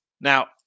Now